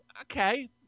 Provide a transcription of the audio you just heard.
Okay